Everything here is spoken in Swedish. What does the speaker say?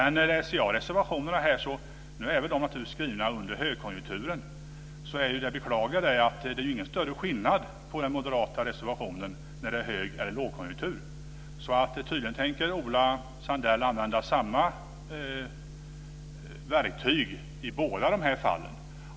Nu är väl reservationerna visserligen skrivna under högkonjunkturen, men det beklagliga är att den moderata reservationen inte gör någon större skillnad på om det är hög eller lågkonjunktur. Tydligen tänker Ola Sundell använda samma verktyg i båda fallen.